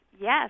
yes